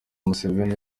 museveni